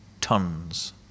tons